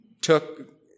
took